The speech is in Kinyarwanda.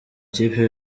kipe